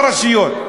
פלוגתא ברשויות.